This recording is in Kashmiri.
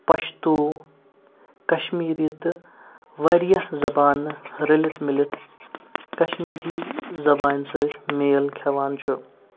پَشتوٗ کشمیٖری تہٕ واریاہ زبانہٕ رٔلِتھ میٖلِتھ کشمیٖری زبانہِ سۭتۍ میل کھیٚوان چھُ